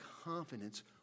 confidence